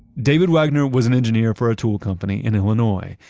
david wagner was an engineer for a tool company in illinois,